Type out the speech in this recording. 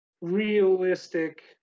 realistic